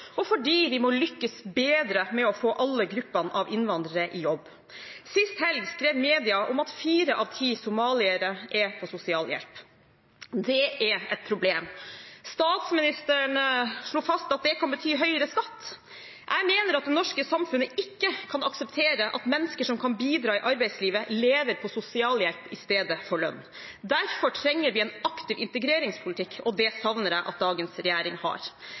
og fordi vi må lykkes bedre med å få alle gruppene av innvandrere i jobb. Sist helg skrev media om at fire av ti somaliere er på sosialhjelp. Det er et problem. Statsministeren slo fast at det kan bety høyere skatt. Jeg mener at det norske samfunnet ikke kan akseptere at mennesker som kan bidra i arbeidslivet, lever på sosialhjelp i stedet for lønn. Derfor trenger vi en aktiv integreringspolitikk, og det savner jeg at dagens regjering har.